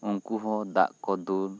ᱩᱱᱠᱩ ᱦᱚᱸ ᱫᱟᱜ ᱠᱚ ᱫᱩᱞ